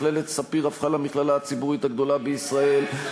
מכללת ספיר הפכה למכללה הציבורית הגדולה בישראל,